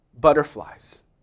butterflies